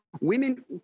women